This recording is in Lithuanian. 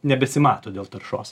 nebesimato dėl taršos